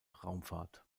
raumfahrt